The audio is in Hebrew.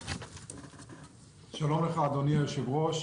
שלום לך אדוני היושב-ראש.